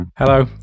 Hello